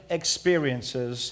experiences